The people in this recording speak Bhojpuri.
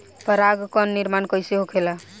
पराग कण क निर्माण कइसे होखेला?